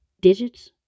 digits